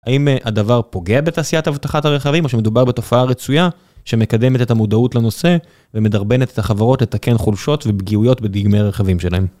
האם הדבר פוגע בתעשיית אבטחת הרכבים, או שמדובר בתופעה רצויה שמקדמת את המודעות לנושא ומדרבן את החברות לתקן חולשות ופגיעויות בדגמי הרכבים שלהן?